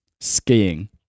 Skiing